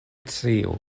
sciu